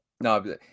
No